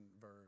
verb